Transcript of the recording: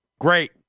Great